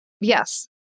yes